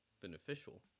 beneficial